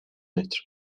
متر